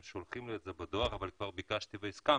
הם שולחים לי את זה בדואר אבל כבר ביקשתי והסכמתי.